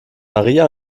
maria